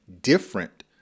different